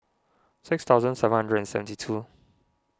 six thousand seven hundred and seventy two